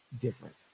different